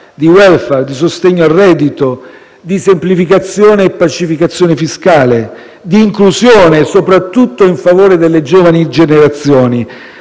di *welfare,* di sostegno al reddito, di semplificazione e pacificazione fiscale, di inclusione soprattutto in favore delle giovani generazioni,